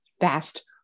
vast